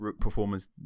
performance